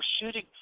shooting